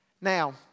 Now